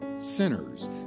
sinners